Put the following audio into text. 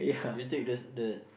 you take the the